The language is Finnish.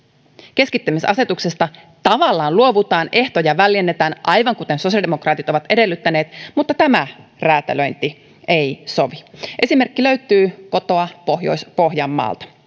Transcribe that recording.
keskittämisasetuksesta tavallaan luovutaan ehtoja väljennetään aivan kuten sosiaalidemokraatit ovat edellyttäneet mutta tämä räätälöinti ei sovi esimerkki löytyy kotoa pohjois pohjanmaalta